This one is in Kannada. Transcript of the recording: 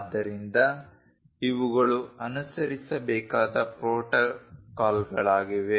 ಆದ್ದರಿಂದ ಇವುಗಳು ಅನುಸರಿಸಬೇಕಾದ ಪ್ರೋಟೋಕಾಲ್ಗಳಾಗಿವೆ